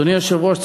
אדוני היושב-ראש,